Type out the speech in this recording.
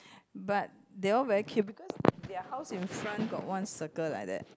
but they all very cute because their house in front got one circle like that